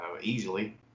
easily